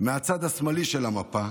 מהצד השמאלי של המפה,